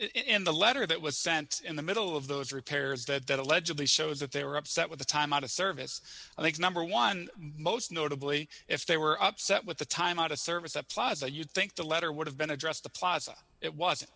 in the letter that was sent in the middle of those repairs that that allegedly shows that they were upset with the time out of service i think number one most notably if they were upset with the time out of service of plaza you think the letter would have been addressed the plaza it was